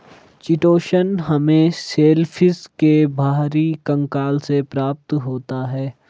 chitosan हमें shellfish के बाहरी कंकाल से प्राप्त होता है